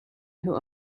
who